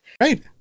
Right